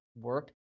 work